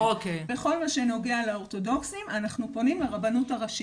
בכל מה שנוגע לאורתודוקסים אנחנו פונים לרבנות הראשית.